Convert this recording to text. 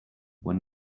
were